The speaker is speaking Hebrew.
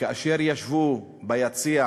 כאשר ישבו ביציע